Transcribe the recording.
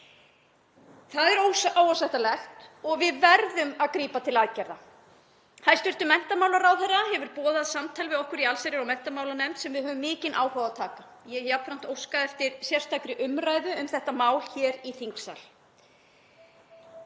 Það er óásættanlegt og við verðum að grípa til aðgerða. Hæstv. menntamálaráðherra hefur boðað samtal við okkur í allsherjar- og menntamálanefnd sem við höfum mikinn áhuga á að taka. Ég hef jafnframt óskað eftir sérstakri umræðu um þetta mál hér í þingsal.